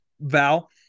val